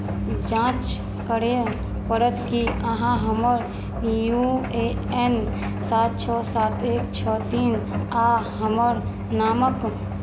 जाँच करय पड़त की अहाँ हमर यू ए एन सात छओ सात एक छओ तीन आ हमर नामक